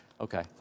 okay